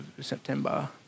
September